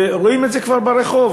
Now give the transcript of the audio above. ורואים את זה כבר ברחוב.